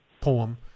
poem